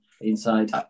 inside